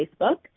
Facebook